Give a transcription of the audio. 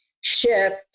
shift